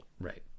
Right